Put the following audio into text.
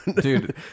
Dude